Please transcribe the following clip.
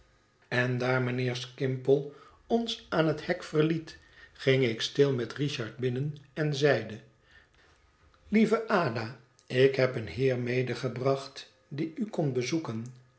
en daar mijnheer skimpoie ons aan het hek verliet ging ik stil met richard binnen en zeide lieve ada ik heb een heer medegebracht die u komt bezoeken